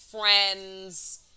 friends